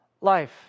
life